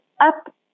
up